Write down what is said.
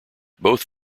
both